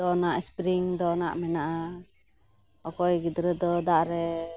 ᱫᱚᱱᱟᱜ spring ᱫᱚᱱᱟᱜ ᱢᱮᱱᱟᱜᱼᱟ ᱚᱠᱚᱭ ᱜᱤᱫᱽᱨᱟᱹᱫᱚ ᱫᱟᱜᱨᱮ